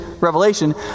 revelation